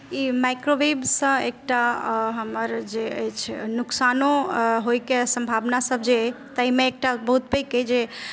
ई माइक्रोवेवसँ एकटा हमर जे अछि नुकसानो होइके जे सम्भावनासभ जे अइ ताहिमे एकटा बहुत पैघ अइ जे